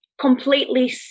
completely